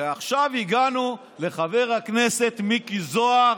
ועכשיו הגענו לחבר הכנסת מיקי זוהר,